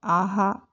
ஆஹா